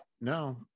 No